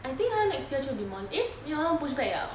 I think next year 就 demolish eh 没有他们 push back liao